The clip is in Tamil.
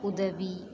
உதவி